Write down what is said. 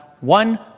one